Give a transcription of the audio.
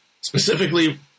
specifically